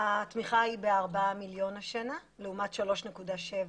התמיכה היא בארבעה מיליון השנה, לעומת 3.7